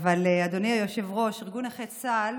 אדוני היושב-ראש, ארגון נכי צה"ל